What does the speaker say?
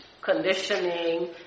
conditioning